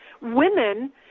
women